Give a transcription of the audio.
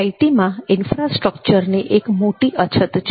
આઇટીમાં ઇન્ફ્રાસ્ટ્રક્ચરની એક મોટી અછત છે